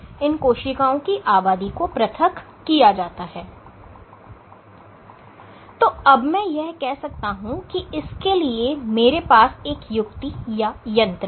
तो अब मैं यह कह सकता हूं कि इसके लिए मेरे पास एक युक्ति या यंत्र है